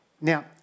Now